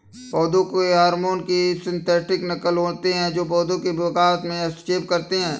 पौधों के हार्मोन की सिंथेटिक नक़ल होते है जो पोधो के विकास में हस्तक्षेप करते है